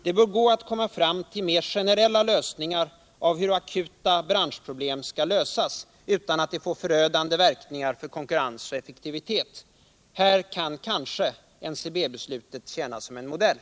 Det bör gå att komma fram till mer generella lösningar av hur akuta branschproblem skall lösas, utan att detta får förödande verkningar för konkurrens och effektivitet. Här kan kanske NCB-beslutet tjäna som modell.